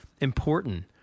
important